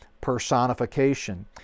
personification